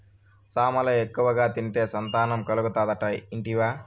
సామలు ఎక్కువగా తింటే సంతానం కలుగుతాదట ఇంటివా